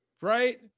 right